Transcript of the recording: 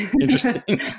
interesting